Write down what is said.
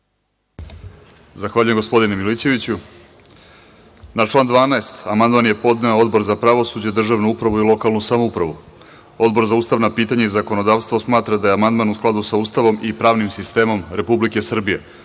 Zahvaljujem, gospodine Milićeviću. Na član 12. amandman je podneo Odbor za pravosuđe, državnu upravu i lokalnu samoupravu. Odbor za ustavna pitanja i zakonodavstvo smatra da je amandman u skladu sa Ustavom i pravnim sistemom Republike Srbije. Molim